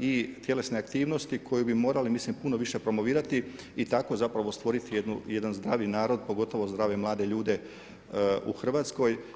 i tjelesne aktivnosti koju bi morali, ja mislim puno više promovirati i tako zapravo stvoriti jedan zdravi narod, pogotovo zdrave, mlade ljude u Hrvatskoj.